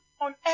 on